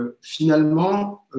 finalement